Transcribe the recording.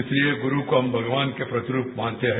इसलिए गुरू को हम भगवान के प्रतिरूप मानते हैं